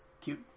cute